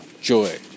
joy